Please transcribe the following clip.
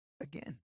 again